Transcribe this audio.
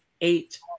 eight